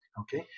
okay